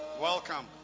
Welcome